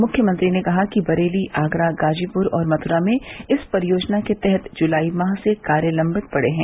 मुख्यमंत्री ने कहा कि बरेली आगरा गाजीपुर और मथुरा में इस परियोजना के तहत जुलाई माह से कार्य लवित पड़े हैं